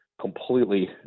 completely